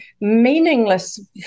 meaningless